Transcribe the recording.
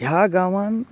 ह्या गांवांत